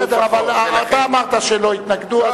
בסדר, אבל אתה אמרת שלא התנגדו.